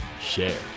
share